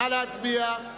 נא להצביע.